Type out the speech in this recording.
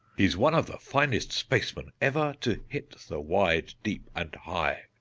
he's one of the finest spacemen ever to hit the wide, deep, and high!